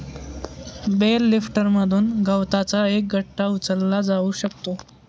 bell लिफ्टरमधून गवताचा एक गठ्ठा उचलला जाऊ शकतो